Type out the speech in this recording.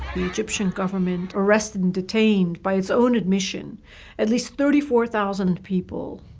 the egyptian government arrested and detained by its own admission at least thirty four thousand people.